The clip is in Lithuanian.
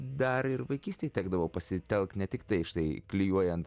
dar ir vaikystėj tekdavo pasitelkt ne tiktai štai klijuojant